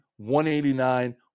189